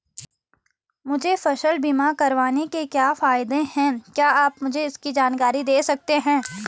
मुझे फसल बीमा करवाने के क्या फायदे हैं क्या आप मुझे इसकी जानकारी दें सकते हैं?